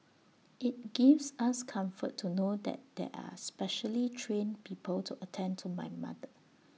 IT gives us comfort to know that there are specially trained people to attend to my mother